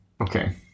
Okay